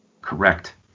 Correct